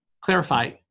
clarify